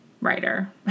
writer